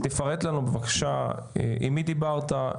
תפרט לנו בבקשה עם מי דיברת?